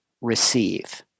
receive